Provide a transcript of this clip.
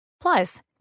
Plus